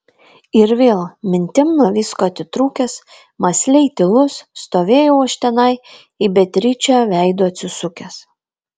ir vėl mintim nuo visko atitrūkęs mąsliai tylus stovėjau aš tenai į beatričę veidu atsisukęs